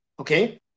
Okay